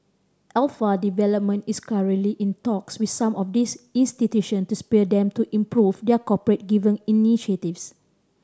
Alpha Development is currently in talks with some of these institution to spur them to improve their corporate giving initiatives